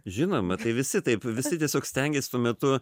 žinoma tai visi taip visi tiesiog stengės tuo metu